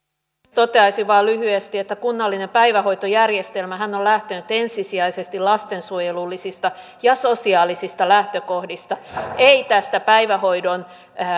toteaisin vain lyhyesti että kunnallinen päivähoitojärjestelmähän on lähtenyt ensisijaisesti lastensuojelullisista ja sosiaalisista lähtökohdista ei tästä päivähoidon